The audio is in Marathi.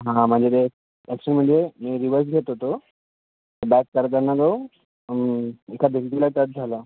हां हां म्हणजे ते ॲक्सिडंट म्हणजे मी रिवर्स घेत होतो बॅक करताना तो एका भिंतीला टच झाला